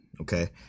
Okay